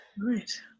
Right